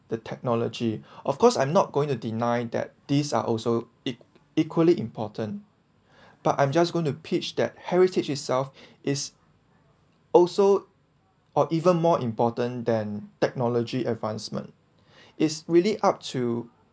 the technology of course I'm not going to deny that these are also it equally important but I'm just going to pitch that heritage itself is also or even more important than technology advancement is really up to